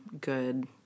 good